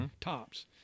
tops